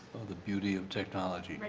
the beauty of technology.